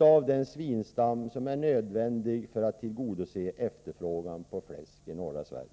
av den svinstam som är nödvändig för att tillgodose efterfrågan på fläsk i norra Sverige.